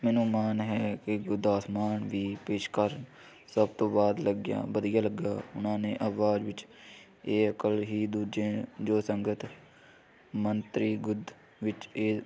ਮੈਨੂੰ ਮਾਣ ਹੈ ਕਿ ਗੁਰਦਾਸ ਮਾਨ ਵੀ ਪੇਸ਼ਕਾਰ ਸਭ ਤੋਂ ਬਾਅਦ ਲੱਗਿਆ ਵਧੀਆ ਲੱਗਾ ਉਹਨਾਂ ਨੇ ਆਵਾਜ਼ ਵਿੱਚ ਇਹ ਅਕਲ ਹੀ ਦੂਜੇ ਜੋ ਸੰਗਤ ਮੰਤਰੀ ਗੁਦ ਵਿੱਚ ਇਹ